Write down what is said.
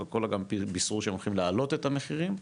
קולה גם בישרו שהם הולכים לעלות את המחירים,